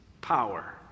power